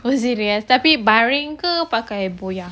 oh serious tapi baring ke pakai buoy